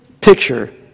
picture